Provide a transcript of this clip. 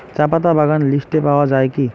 চাপাতা বাগান লিস্টে পাওয়া যায় কি?